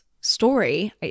story